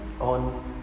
On